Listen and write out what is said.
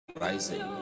rising